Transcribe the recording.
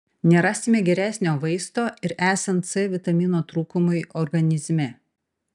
nerasime geresnio vaisto ir esant c vitamino trūkumui organizme